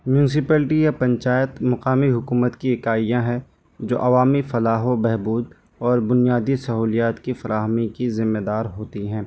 municipality یا پنچایت مقامی حکومت کی اکائیاں ہیں جو عوامی فلاح و بہبود اور بنیادی سہولیات کی فراہمی کی ذمہ دار ہوتی ہیں